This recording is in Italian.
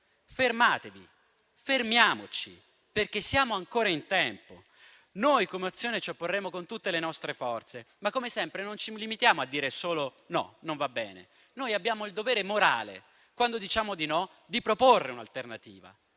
Fermatevi, fermiamoci, perché siamo ancora in tempo. Noi come Azione ci opporremo con tutte le nostre forze, ma come sempre non ci limitiamo a dire solo no, non va bene, noi abbiamo il dovere morale, quando diciamo di no, di proporre un'alternativa.